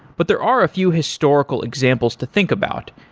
but there are a few historical examples to think about,